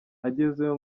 agezeyo